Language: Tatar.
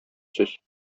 сүз